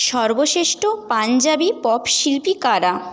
সর্বশেষ্ঠ Punjabi pop শিল্পী কারা